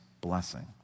blessing